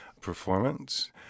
performance